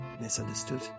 Misunderstood